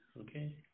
okay